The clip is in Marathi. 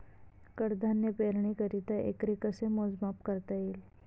कडधान्य पेरणीकरिता एकरी कसे मोजमाप करता येईल?